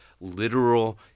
literal